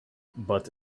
but